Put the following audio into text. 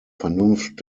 vernunft